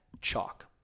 chalk